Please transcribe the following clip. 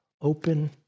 Open